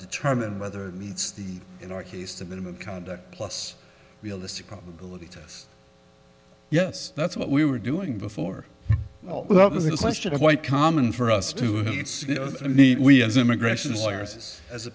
determine whether it's the in our case the minimum conduct plus realistic probability to us yes that's what we were doing before the question of quite common for us to meet we as immigration lawyers as